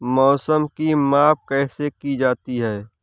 मौसम की माप कैसे की जाती है?